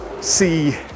see